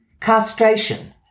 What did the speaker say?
Castration